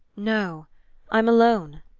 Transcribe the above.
no i'm alone.